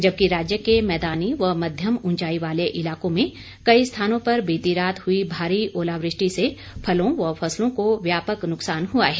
जबकि राज्य के मैदानी व मध्यम ऊंचाई वाले इलाकों में कई स्थानों पर बीती रात हुई भारी ओलावृष्टि से फलों व फसलों को व्यापक नुकसान हुआ है